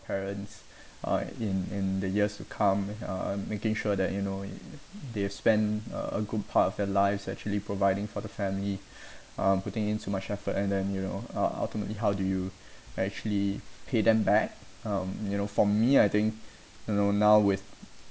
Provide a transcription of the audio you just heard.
parents uh in in the years to come uh making sure that you know they have spent uh a good part of their lives actually providing for the family um putting in so much effort and then you know uh ultimately how do you actually pay them back um you know for me I think you know now with uh